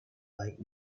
baik